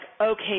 okay